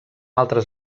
altres